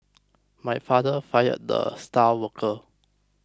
my father fired the star worker